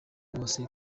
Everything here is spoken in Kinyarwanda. wose